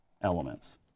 elements